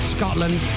Scotland